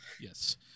Yes